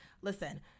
listen